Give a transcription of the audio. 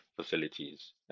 facilities